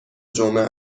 جمعه